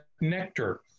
nectar